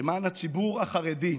למען הציבור החרדי,